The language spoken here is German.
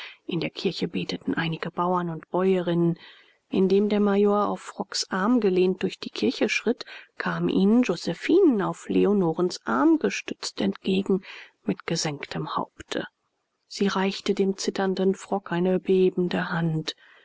in der kirche beteten einige bauern und bäuerinnen indem der major auf frocks arm gelehnt durch die kirche schritt kam ihnen josephinen auf leonorens arm gestützt entgegen mit gesenktem haupte sie reichte dem zitternden frock eine bebende hand